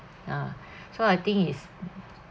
ya so I think is